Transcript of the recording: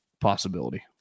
possibility